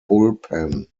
bullpen